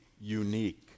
unique